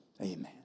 Amen